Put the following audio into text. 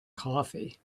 coffee